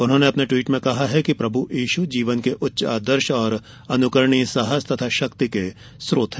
उन्होंने अपने ट्वीट में कहा है कि प्रभु ईशु जीवन के उच्च आदर्श और अनुकरणीय साहस तथा शक्ति के स्रोत हैं